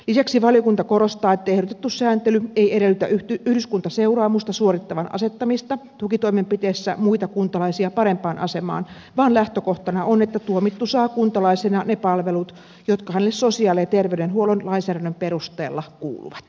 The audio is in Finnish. lisäksi valiokunta korostaa että ehdotettu sääntely ei edellytä yhdyskuntaseuraamusta suorittavan asettamista tukitoimenpiteessä muita kuntalaisia parempaan asemaan vaan lähtökohtana on että tuomittu saa kuntalaisena ne palvelut jotka hänelle sosiaali ja terveydenhuollon lainsäädännön perusteella kuuluvat